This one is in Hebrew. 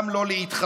גם לא להתחסנות.